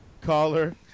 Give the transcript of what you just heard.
Caller